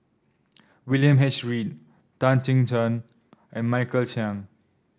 William H Read Tan Chin Cheng and Michael Qiang